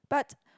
but